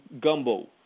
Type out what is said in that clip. gumbo